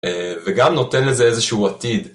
וגם נותן לזה איזשהו עתיד.